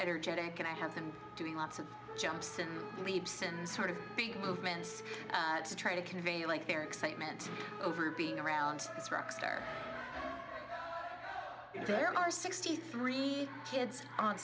energetic and i have been doing lots of jumps and leaps and sort of big movements to try to convey like their excitement over being around this rock star there are sixty three kids on